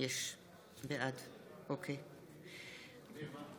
בעד אמיר אוחנה, בעד קארין אלהרר,